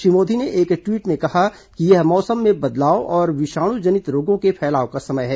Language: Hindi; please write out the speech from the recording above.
श्री मोदी ने एक ट्वीट में कहा कि यह मौसम में बदलाव और विषाणु जनित रोगों के फैलाव का समय है